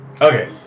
Okay